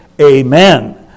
amen